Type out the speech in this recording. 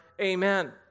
Amen